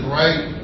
right